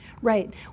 Right